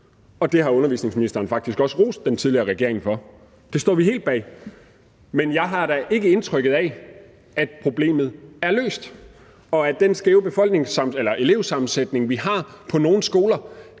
og det har undervisningsministeren faktisk også rost den tidligere regering for – det står vi helt bag. Men jeg har da ikke indtrykket af, at problemet er løst, og den skæve elevsammensætning, vi har på nogle skoler,